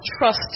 trust